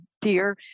dear